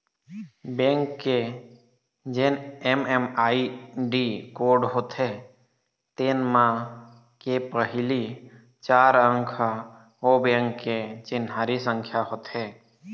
bank के जेन MMID code होथे तेन म के पहिली चार अंक ह ओ बेंक के चिन्हारी संख्या होथे